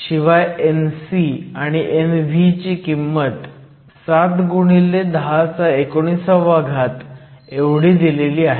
शिवाय Nc आणि Nv ची किंमत 7 x 1019 एवढी दिलेली आहे